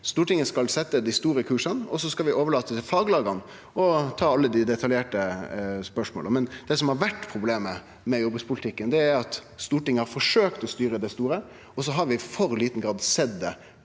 Stortinget skal setje dei store kursane, og så skal vi overlate til faglaga å ta alle dei detaljerte spørsmåla. Det som har vore problemet med jordbrukspolitikken, er at Stortinget har forsøkt å styre i det store, og så har vi i for liten grad sett det